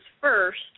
first